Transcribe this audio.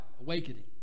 awakening